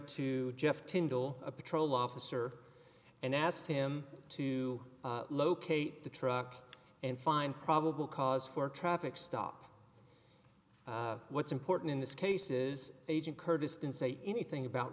to jeff tindall a patrol officer and asked him to locate the truck and find probable cause for traffic stop what's important in this case is agent curtis didn't say anything about